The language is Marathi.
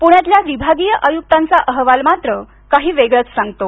पुण्यातल्या विभागिय आयुक्तांचा अहवाल मात्र काही वेगळंच सांगतो